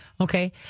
Okay